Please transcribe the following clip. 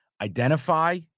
Identify